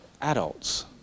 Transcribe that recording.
adults